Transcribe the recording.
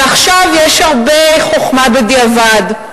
ועכשיו יש הרבה חוכמה בדיעבד,